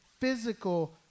physical